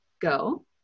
go